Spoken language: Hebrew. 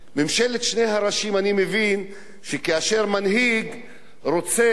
אני מבין שכאשר מנהיג רוצה להיכנס להיסטוריה,